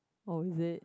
oh is it